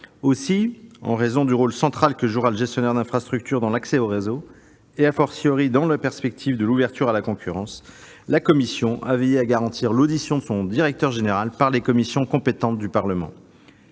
Aussi, en raison du rôle central que jouera le gestionnaire d'infrastructure dans l'accès au réseau et dans la perspective de l'ouverture à la concurrence, la commission a-t-elle été soucieuse de garantir l'audition de son directeur général par les commissions compétentes du Parlement.